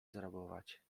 zrabować